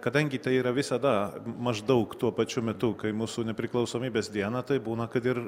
kadangi tai yra visada maždaug tuo pačiu metu kai mūsų nepriklausomybės dieną tai būna kad ir